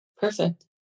Perfect